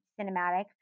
cinematic